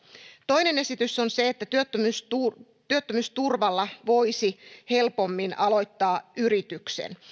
toinen esitys on se että työttömyysturvalla voisi helpommin aloittaa yrityksen